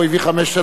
הוא הביא 5,000,